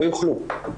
לא יוכלו.